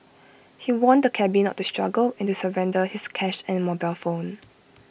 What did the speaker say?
he warned the cabby not to struggle and to surrender his cash and mobile phone